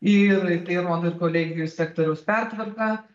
ir tai rodo ir kolegijų sektoriaus pertvarka